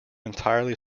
entirely